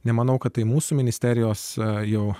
nemanau kad tai mūsų ministerijos jau